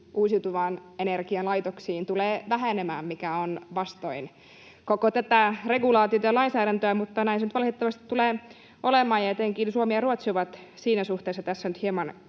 uusiutuvan ener-gian laitoksiin tulee vähenemään, mikä on vastoin koko tätä regulaatiota ja lainsäädäntöä, mutta näin se nyt valitettavasti tulee olemaan. Ja etenkin Suomi ja Ruotsi ovat siinä suhteessa tässä nyt hieman,